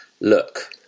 look